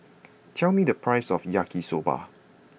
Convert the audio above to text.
tell me the price of Yaki soba